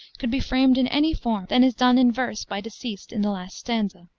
could be framed in any form than is done in verse by deceased in the last stanza.